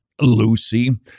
Lucy